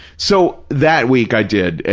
so, that week i did,